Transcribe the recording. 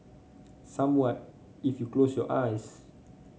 somewhat if you close your eyes